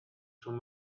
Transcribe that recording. schon